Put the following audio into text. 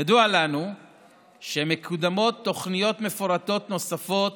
ידוע לנו שמקודמות תוכניות מפורטות נוספות